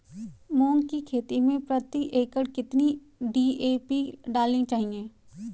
मूंग की खेती में प्रति एकड़ कितनी डी.ए.पी डालनी चाहिए?